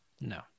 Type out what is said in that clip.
No